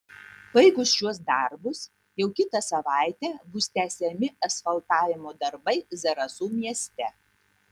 baigus šiuos darbus jau kitą savaitę bus tęsiami asfaltavimo darbai zarasų mieste